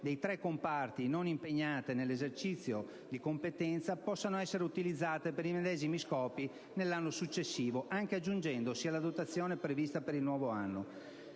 dei tre comparti non impegnate nell'esercizio di competenza possano essere utilizzate per i medesimi scopi nell'anno successivo, anche aggiungendosi alla dotazione prevista per il nuovo anno.